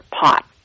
pot